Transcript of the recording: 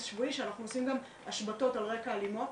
שבועי שאנחנו עושים השבתות על רקע אלימות,